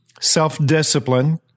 self-discipline